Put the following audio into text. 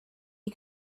you